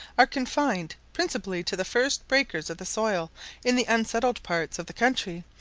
are confined principally to the first breakers of the soil in the unsettled parts of the country,